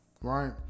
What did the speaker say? right